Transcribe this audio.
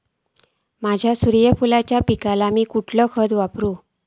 माझ्या सूर्यफुलाच्या पिकाक मी खयला खत वापरू?